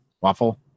Waffle